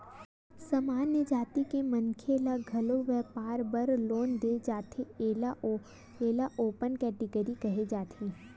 सामान्य जाति के मनखे ल घलो बइपार बर लोन दे जाथे एला ओपन केटेगरी केहे जाथे